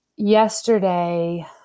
yesterday